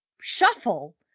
shuffle